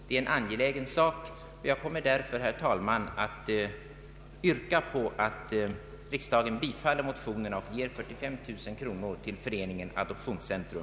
Det är en angelägen sak, och jag kommer därför, herr talman, att yrka på att riksdagen bifaller motionerna och ger 45 000 kronor till föreningen Adoptionscentrum.